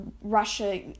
Russia